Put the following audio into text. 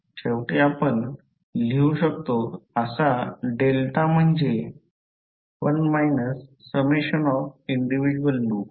शेवटी आपण लिहू शकतो असा डेल्टा म्हणजे 1 minus summation of individual loop